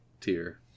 tier